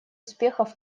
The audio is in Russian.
успехов